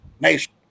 Nation